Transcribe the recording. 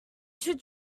should